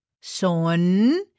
son